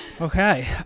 Okay